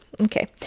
okay